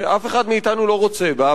שאף אחד מאתנו לא רוצה בה,